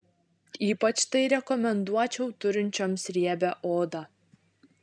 ypač tai rekomenduočiau turinčioms riebią odą